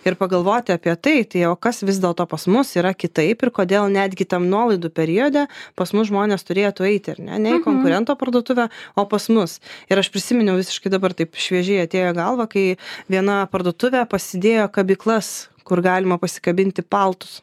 ir pagalvoti apie tai tai o kas vis dėlto pas mus yra kitaip ir kodėl netgi tem nuolaidų periode pas mus žmonės turėtų eiti ar ne ne į konkurento parduotuvę o pas mus ir aš prisiminiau visiškai dabar taip šviežiai atėjo į galvą kai viena parduotuvė pasidėjo kabyklas kur galima pasikabinti paltus